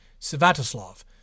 Svatoslav